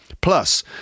Plus